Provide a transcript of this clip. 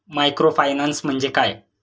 Microfinance म्हणजे काय?